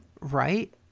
Right